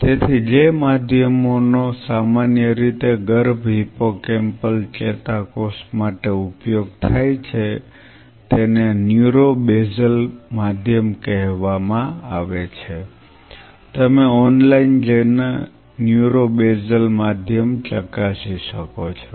તેથી જે માધ્યમોનો સામાન્ય રીતે ગર્ભ હિપ્પોકેમ્પલ ચેતાકોષ માટે ઉપયોગ થાય છે તેને ન્યુરો બેઝલ માધ્યમ કહેવામાં આવે છે તમે ઓનલાઈન જઈને ન્યુરો બેઝલ માધ્યમ ચકાસી શકો છો